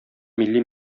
милли